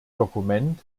dokument